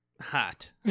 Hot